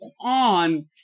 on